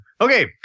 Okay